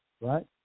Right